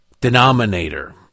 denominator